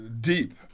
deep